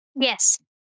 yes